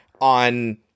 on